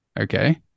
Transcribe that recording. okay